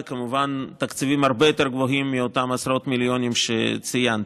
זה כמובן תקציבים הרבה יותר גבוהים מאותם עשרות מיליונים שציינתי.